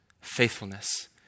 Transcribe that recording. faithfulness